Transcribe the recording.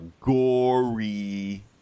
gory